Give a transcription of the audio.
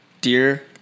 Dear